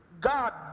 God